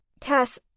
Cass